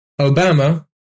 Obama